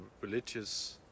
religious